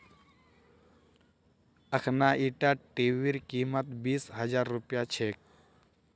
अखना ईटा टीवीर कीमत बीस हजार रुपया छेक